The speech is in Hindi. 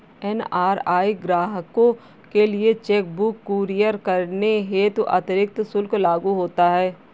एन.आर.आई ग्राहकों के लिए चेक बुक कुरियर करने हेतु अतिरिक्त शुल्क लागू होता है